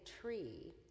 tree